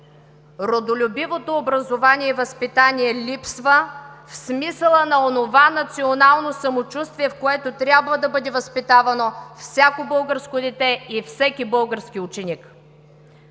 Родолюбивото образование и възпитание липсва в смисъла на онова национално самочувствие, в което трябва да бъде възпитавано всяко българско дете и всеки български ученик.